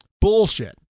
Bullshit